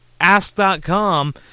Ask.com